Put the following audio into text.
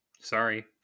Sorry